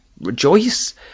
rejoice